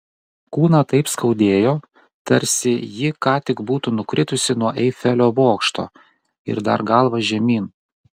kūną taip skaudėjo tarsi ji ką tik būtų nukritusi nuo eifelio bokšto ir dar galva žemyn